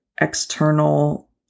external